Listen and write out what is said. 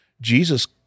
Jesus